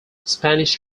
spanish